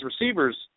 receivers –